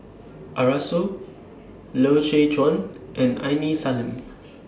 Arasu Loy Chye Chuan and Aini Salim